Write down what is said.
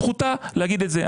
זכותה להגיד את זה.